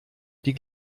die